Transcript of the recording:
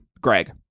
Greg